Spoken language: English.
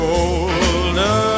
older